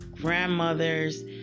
grandmothers